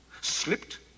slipped